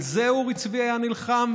על זה אורי צבי היה נלחם,